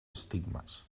estigmes